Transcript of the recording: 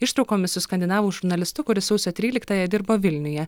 ištraukomis su skandinavų žurnalistu kuris sausio tryliktąją dirbo vilniuje